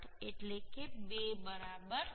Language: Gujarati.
66 એટલે કે 2 બરાબર